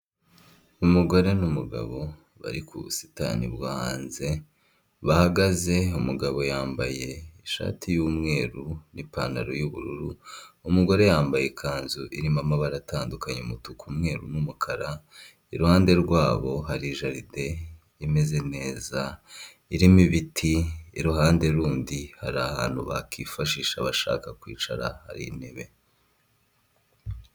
Umugore n'umugabo bari ku busitani bwo hanze barahagaze umugabo yambaye ishati y'umweru n'ipantaro y'ubururu umugore yambaye ikanzu irimo amabara atandukanye y'umutuku ,umweru n'umukara iruhande rwabo hari jaride imeze neza irimo ibiti iruhande , ku rundi ruhande hari ahantu abantu bakifashisha bashaka kwicara hari intebe .